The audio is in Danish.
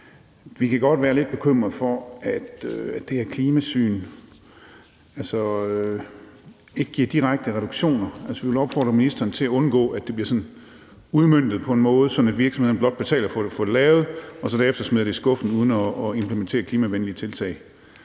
Vi kan godt være lidt bekymret for, at det her klimasyn altså ikke giver direkte reduktioner. Altså, vi vil opfordre ministeren til at undgå, at det bliver udmøntet på en sådan måde, at virksomhederne blot betaler for at få det lavet og så derefter smider det i skuffen uden at implementere klimavenlige tiltag,